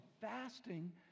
fasting